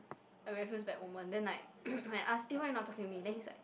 I have this very bad moment then like I ask eh why you not talking to me then he's like